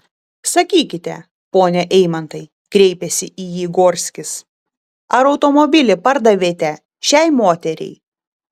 sakykite pone eimantai kreipėsi į jį gorskis ar automobilį pardavėte šiai moteriai